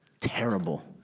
terrible